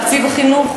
תקציב החינוך,